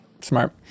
Smart